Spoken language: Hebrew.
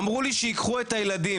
אמרו לי שייקחו את הילדים,